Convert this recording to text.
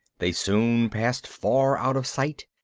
they soon passed far out of sight,